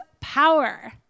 power